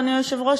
אדוני היושב-ראש,